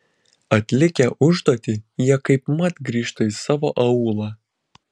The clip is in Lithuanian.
atlikę užduotį jie kaipmat grįžta į savo aūlą